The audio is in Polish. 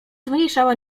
zmniejszała